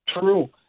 True